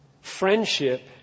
Friendship